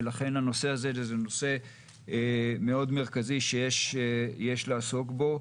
ולכן הנושא הזה הוא נושא מאוד מרכזי שיש לעסוק בו.